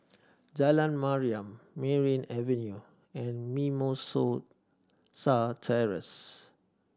Jalan Mariam Merryn Avenue and Mimosa Terrace